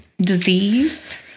Disease